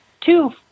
two